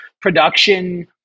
production